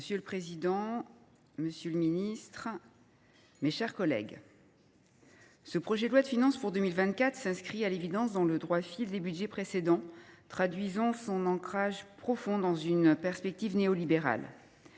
Monsieur le président, monsieur le ministre, mes chers collègues, le projet de loi de finances pour 2024 s’inscrit à l’évidence dans le droit fil des budgets précédents et traduit un ancrage profond dans une perspective néolibérale.